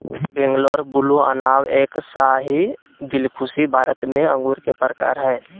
Bangalore blue, Anab e Shahi, Dilkhushi भारत में अंगूर के प्रकार हय